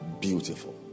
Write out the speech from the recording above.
beautiful